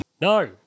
No